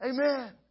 Amen